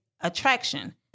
attraction